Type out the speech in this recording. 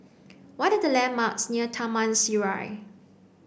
what are the landmarks near Taman Sireh